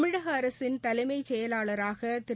தமிழக அரசின் தலைமைச் செயலாளராக திரு